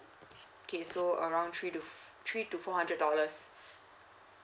okay so around three to three to four hundred dollars